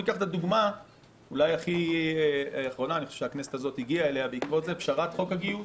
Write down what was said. הדוגמה האחרונה שהכנסת הזאת הגיעה אליה בעקבות זה היא פשרת חוק הגיוס.